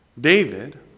David